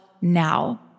Now